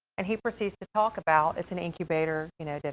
and he proceeds to talk about, it's an incubator, you know, da